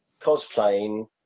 cosplaying